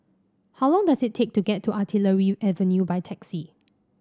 how long does it take to get to Artillery Avenue by taxi